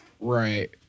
Right